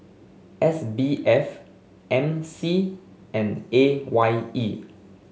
S B F M C and A Y E